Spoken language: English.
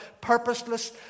purposeless